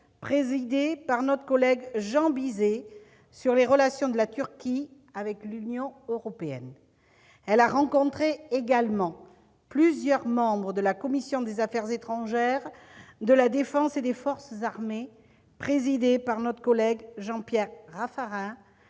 présidée par notre collègue Jean Bizet, sur les relations de la Turquie avec l'Union européenne. Elle a rencontré également plusieurs membres de la commission des affaires étrangères, de la défense et des forces armées, présidée par notre collègue Jean-Pierre Raffarin,